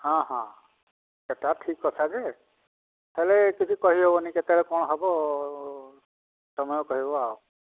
ହଁ ହଁ ସେଟା ଠିକ୍ କଥା ଯେ ହେଲେ କିଛି କହିହେବନି କେତେବେଳେ କ'ଣ ହେବ ସମୟ କହିବ ଆଉ